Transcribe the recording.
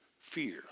fear